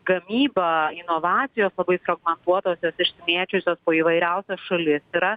gamyba inovacijos labai fragmentuotos jos išsimėčiusios po įvairiausias šalis yra